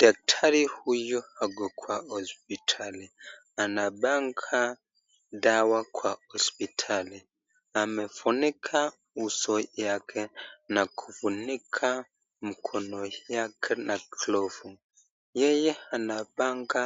Daktari huyu Ako Kwa hospitali anapanga dawa Kwa hospitali smefunika uso wake na kufunika mkono yake na glovu yeye anapanga